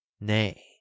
nay